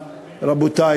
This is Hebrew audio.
רבותי,